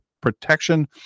protection